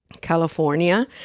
California